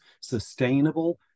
sustainable